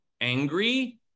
angry